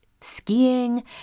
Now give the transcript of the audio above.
Skiing